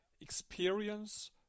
experience